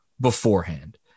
beforehand